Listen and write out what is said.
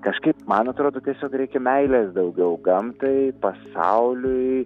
kažkaip man atrodo tiesiog reikia meilės daugiau gamtai pasauliui